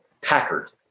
Packard